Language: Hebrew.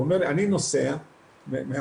אני אתן טיפה רק רקע קטן.